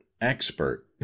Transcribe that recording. Expert